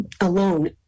alone